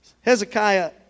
Hezekiah